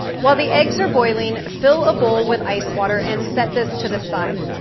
while the eggs are boiling, fill a bowl with ice water and set this to the side.